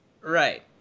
Right